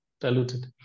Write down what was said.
diluted